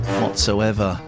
whatsoever